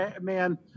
man